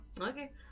Okay